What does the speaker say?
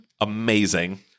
Amazing